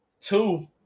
two